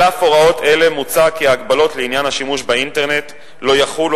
על אף הוראות אלו מוצע כי ההגבלות לעניין השימוש באינטרנט לא יחולו